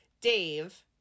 Dave